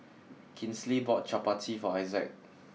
Kinsley bought Chappati for Isaac